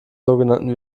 sogenannten